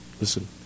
listen